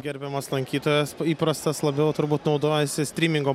gerbiamas lankytojas įprastas labiau turbūt naudojasi strymingo